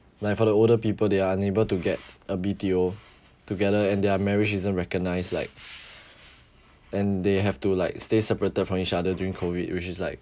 like for the older people they are unable to get a B_T_O together and their marriage isn't recognised like and they have to like stay separated from each other during COVID which is like